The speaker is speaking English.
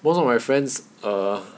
most of my friends err